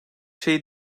şeyi